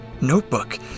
Notebook